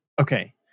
Okay